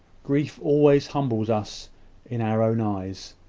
grief always humbles us in our own eyes.